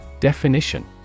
Definition